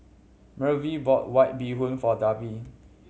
Maeve bought White Bee Hoon for Deven